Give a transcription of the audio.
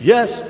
Yes